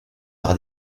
par